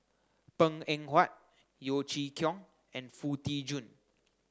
Png Eng Huat Yeo Chee Kiong and Foo Tee Jun